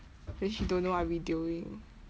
then she don't know I videoing